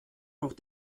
noch